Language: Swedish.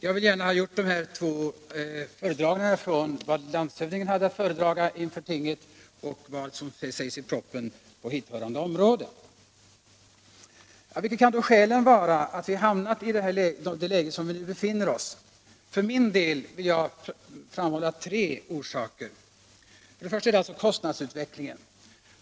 Jag har velat framföra vad landshövdingen hade att föredraga inför - Nr 138 landstinget och vad som anförts i propositionen på hithörande område. Vilka kan då skälen vara till att vi hamnat i det läge där vi nu befinner oss? För min del vill jag framhålla tre orsaker. Den första är kostnadsutvecklingen.